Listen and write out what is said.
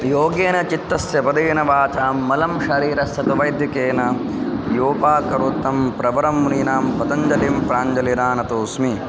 योगेन चित्तस्य पदेन वाचां मलं शरीरस्य तु वैद्यकेन योपाकरोत् तं प्रवरं मुनीनां पतञ्जलि प्राञ्जलिरानतोस्मि